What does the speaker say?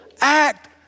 act